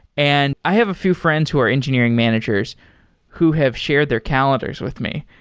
and i have a few friends who are engineering managers who have shared their calendars with me.